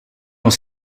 was